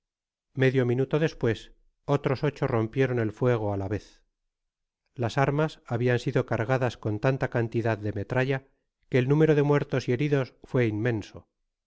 medio minuto despues otros ocho rompieron el fuego á la vea las armas habian sido cargadas con tanta cantidad de metralla que el número de muertos y heridos fué inmensa